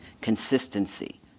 consistency